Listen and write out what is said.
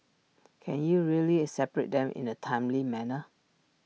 can you really separate them in A timely manner